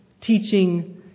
teaching